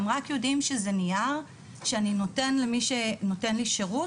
הם רק יודעים שזה נייר שאני נותן למי שנותן לי שרות,